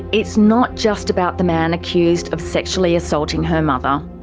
it's not just about the man accused of sexually assaulting her mother,